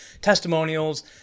testimonials